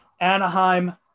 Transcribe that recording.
Anaheim